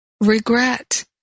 regret